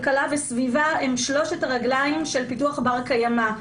כלכלה וסביבה הם שלוש הרגליים של פיתוח בר קיימא.